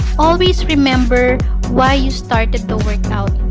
always remember why you started the workout.